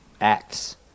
acts